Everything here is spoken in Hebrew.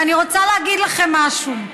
ואני רוצה להגיד לכם משהו: